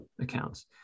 accounts